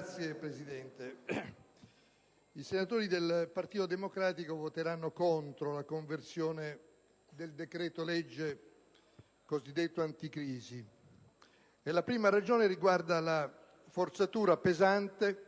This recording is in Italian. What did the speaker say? Signor Presidente, i senatori del Partito Democratico voteranno contro la conversione del decreto-legge cosiddetto anticrisi. La prima ragione riguarda la forzatura pesante